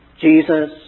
Jesus